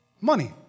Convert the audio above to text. money